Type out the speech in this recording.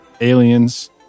aliens